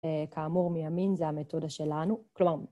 ‫כאמור, מימין זה המתודה שלנו. ‫כלומר...